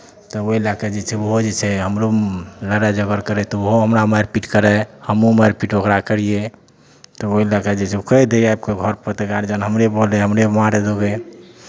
तब ओहि लए कऽ जे छै ओहो जे छै हमरो लड़ाइ झगड़ करै तऽ ओहो हमरा मारि पीट करै हमहूँ मारि पीट ओकरा करियै तऽ ओहि लऽ कऽ जे छै कहि दियै कोइ घरपर गारजन हमरे बोलै हमरे मारय दौड़ै